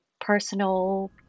personal